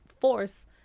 force